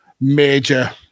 major